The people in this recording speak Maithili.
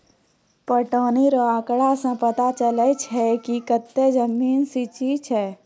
पटौनी रो आँकड़ा से पता चलै छै कि कतै जमीन सिंचित छै